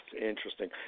interesting